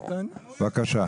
בבקשה.